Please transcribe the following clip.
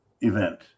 event